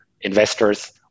investors